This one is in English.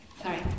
Sorry